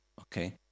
Okay